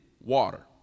water